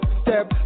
step